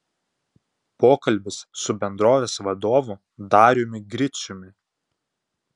pokalbis su bendrovės vadovu dariumi griciumi